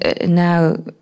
now